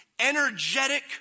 energetic